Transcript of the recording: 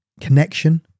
connection